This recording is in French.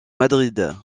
madrid